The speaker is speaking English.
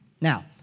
Now